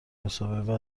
مصاحبه